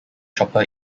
chopper